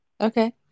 Okay